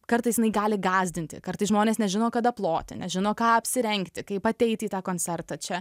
kartais jinai gali gąsdinti kartais žmonės nežino kada ploti nežino ką apsirengti kaip ateiti į tą koncertą čia